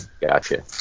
Gotcha